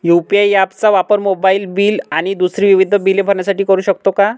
UPI app चा वापर mobile bill आणि दुसरी विविध बिले भरण्यासाठी करू शकतो का?